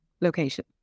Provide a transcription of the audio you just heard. location